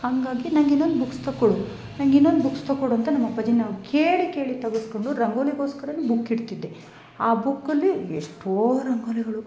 ಹಂಗಾಗಿ ನಂಗೆ ಇನ್ನೊಂದು ಬುಕ್ಸ್ ತಕ್ಕೊಡು ನಂಗೆ ಇನ್ನೊಂದು ಬುಕ್ಸ್ ತಕ್ಕೊಡು ಅಂತ ನಮ್ಮ ಅಪ್ಪಾಜಿ ಕೇಳಿ ಕೇಳಿ ತಗಿಸ್ಕೊಂಡು ರಂಗೋಲಿಗೋಸ್ಕರ ಬುಕ್ ಇಡ್ತಿದ್ದೆ ಆ ಬುಕ್ಕಲ್ಲಿ ಎಷ್ಟೋ ರಂಗೋಲಿಗಳು